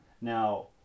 Now